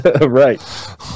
Right